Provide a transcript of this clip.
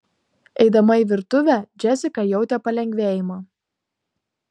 eidama į virtuvę džesika jautė palengvėjimą